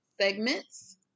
segments